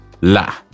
La